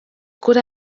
could